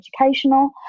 educational